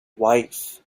wife